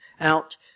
out